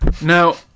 Now